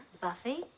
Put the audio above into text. Buffy